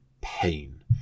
pain